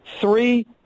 three